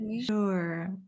sure